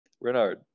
Renard